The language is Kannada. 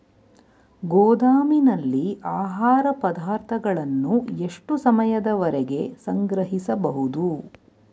ಗೋದಾಮಿನಲ್ಲಿ ಆಹಾರ ಪದಾರ್ಥಗಳನ್ನು ಎಷ್ಟು ಸಮಯದವರೆಗೆ ಸಂಗ್ರಹಿಸಬಹುದು?